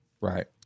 Right